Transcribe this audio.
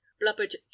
blubbered